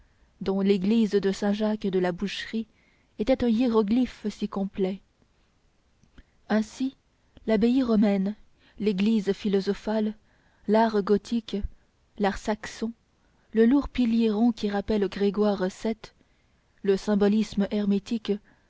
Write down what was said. dont l'église de saint jacques de la boucherie était un hiéroglyphe si complet ainsi l'abbaye romane l'église philosophale l'art gothique l'art saxon le lourd pilier rond qui rappelle grégoire vii le symbolisme hermétique